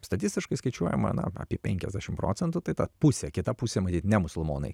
statistiškai skaičiuojama na apie penkiasdešimt procebtų tai ta pusė kita pusė matyt ne musulmonai